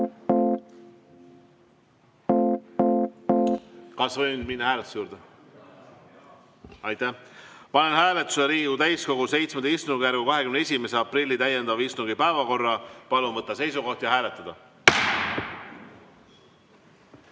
Kas võime minna hääletuse juurde? Aitäh! Panen hääletusele Riigikogu täiskogu VII istungjärgu 21. aprilli täiendava istungi päevakorra. Palun võtta seisukoht ja hääletada!